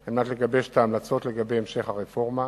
על מנת לגבש את ההמלצות לגבי המשך הרפורמה.